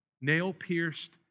Nail-pierced